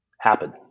happen